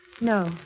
No